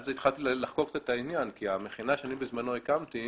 אז התחלתי לחקור קצת את העניין כי המכינה שאני בזמנו הקמתי